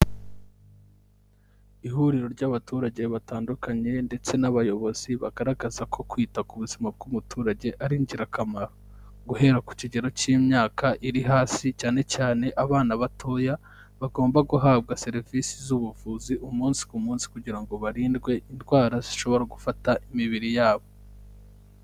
Ihuriro ry'abaturage batandukanye ndetse n'abayobozi bagaragaza ko kwita ku buzima bw'umuturage ari ingirakamaro. Guhera ku kigero cy'imyaka iri hasi cyane cyane abana batoya, bagomba guhabwa serivisi z'ubuvuzi umunsi ku munsi kugira ngo barindwe indwara zishobora gufata imibiri yabo.